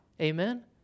amen